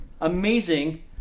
amazing